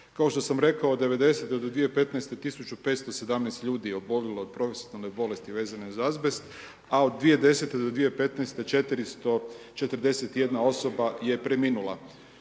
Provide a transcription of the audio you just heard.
Kao što sam rekao od 90-te do 2015. 1517 ljudi je obolilo od profesionalne bolesti vezane uz azbest, a od 2010. do 2015. 441 osoba je preminula.